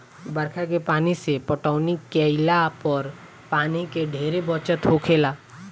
बरखा के पानी से पटौनी केइला पर पानी के ढेरे बचत होखेला